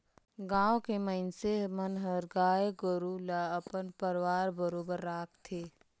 गाँव के मइनसे मन हर गाय गोरु ल अपन परवार बरोबर राखथे